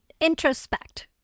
introspect